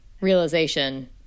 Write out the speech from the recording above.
realization